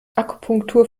akupunktur